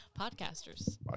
Podcasters